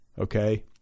Okay